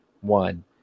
One